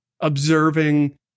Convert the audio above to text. observing